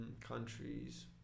countries